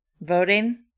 Voting